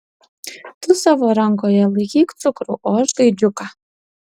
tu savo rankoje laikyk cukrų o aš gaidžiuką